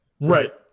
Right